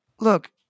Look